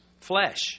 flesh